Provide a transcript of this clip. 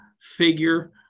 figure